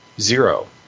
zero